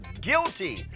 guilty